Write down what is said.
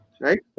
Right